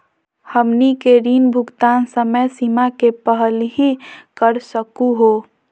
हमनी के ऋण भुगतान समय सीमा के पहलही कर सकू हो?